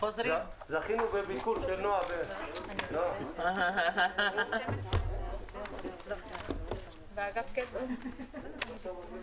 הישיבה ננעלה בשעה 11:50.